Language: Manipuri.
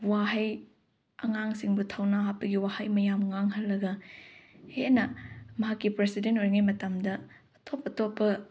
ꯋꯥꯍꯩ ꯑꯉꯥꯡꯁꯤꯡꯕꯨ ꯊꯧꯅꯥ ꯍꯥꯞꯄꯒꯤ ꯋꯥꯍꯩ ꯃꯌꯥꯝ ꯉꯥꯡꯍꯜꯂꯒ ꯍꯦꯟꯅ ꯃꯍꯥꯛꯀꯤ ꯄ꯭ꯔꯁꯤꯗꯦꯟ ꯑꯣꯏꯔꯤꯉꯩ ꯃꯇꯝꯗ ꯑꯇꯣꯞ ꯑꯇꯣꯞꯄ